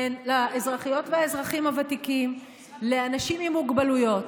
הן לאזרחיות ולאזרחים הוותיקים ולאנשים עם מוגבלויות.